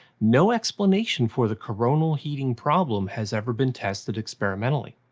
no explanation for the coronal heating problem has ever been tested experimentally.